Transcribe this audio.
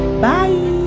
Bye